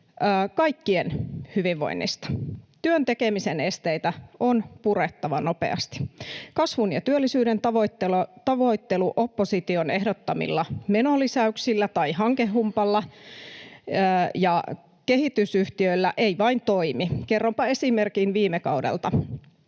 kaikkien hyvinvoinnista. Työn tekemisen esteitä on purettava nopeasti. Kasvun ja työllisyyden tavoittelu opposition ehdottamilla menolisäyksillä, hankehumpalla ja kehitysyhtiöillä ei vain toimi. Kerronpa esimerkin viime kaudelta: